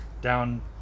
down